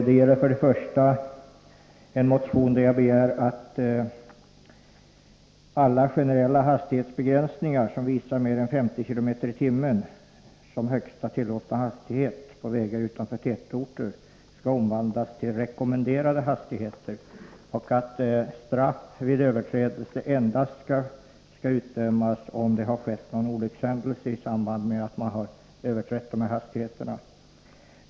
Det gäller för det första en motion där jag begär att alla generella hastighetsbegränsningar, som visar mer än 50 km i timmen som högsta tillåtna hastighet — på vägar utanför tätorter — skall, omvandlas till rekommenderade hastigheter och att straff vid överträdelse endast skall utdömas, om det har skett en olyckshändelse i samband med att hastighetsbestämmelserna har överskridits.